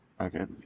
Okay